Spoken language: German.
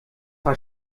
war